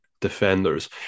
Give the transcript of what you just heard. defenders